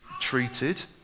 treated